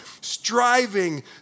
Striving